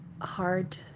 hard